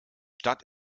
stadt